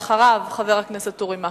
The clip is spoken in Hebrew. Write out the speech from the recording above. אחריו, חבר הכנסת אורי מקלב.